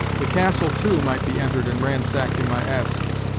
the castle, too, might be entered and ransacked in my absence,